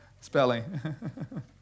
spelling